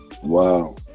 Wow